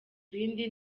ibindi